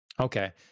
Okay